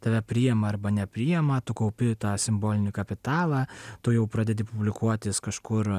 tave priima arba nepriima tu kaupi tą simbolinį kapitalą tu jau pradedi publikuotis kažkur